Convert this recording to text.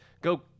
go